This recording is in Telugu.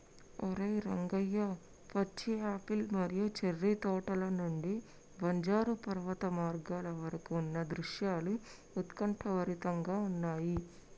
ఓరై రంగయ్య పచ్చి యాపిల్ మరియు చేర్రి తోటల నుండి బంజరు పర్వత మార్గాల వరకు ఉన్న దృశ్యాలు ఉత్కంఠభరితంగా ఉన్నయి